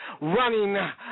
running